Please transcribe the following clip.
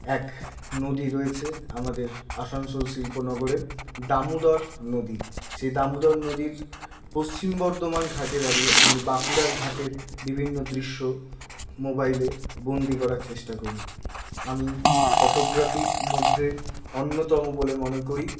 এক নদী রয়েছে আমাদের আসানসোল শিল্প নগরে দামোদর নদী সেই দামোদর নদীর পশ্চিম বর্ধমান ঘাটে দাঁড়িয়ে আমি বাঁকুড়ার ঘাটের বিভিন্ন দৃশ্য মোবাইলে বন্দি করার চেষ্টা করি আমি ফটোগ্রাফির মধ্যে অন্যতম বলে মনে করি